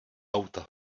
auta